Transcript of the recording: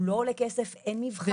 הוא לא עולה כסף ואין מבחן הכנסה.